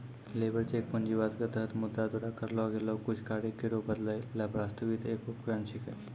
labour check पूंजीवाद क तहत मुद्रा द्वारा करलो गेलो कुछ कार्य केरो बदलै ल प्रस्तावित एक उपकरण छिकै